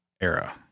era